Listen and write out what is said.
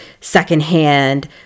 secondhand